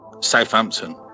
Southampton